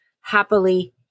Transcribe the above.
happily